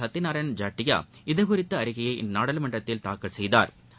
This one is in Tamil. சத்தியநாராயணன் ஜாட்டியா இதுகுறித்த அறிக்கையை இன்று நாடாளுமன்றத்தில் தாக்கல் செய்தாா்